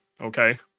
okay